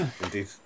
Indeed